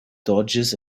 dodges